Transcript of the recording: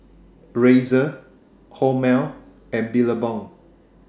Razer Hormel and Billabong